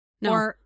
No